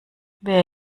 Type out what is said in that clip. wer